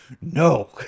no